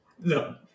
No